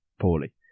poorly